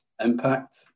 impact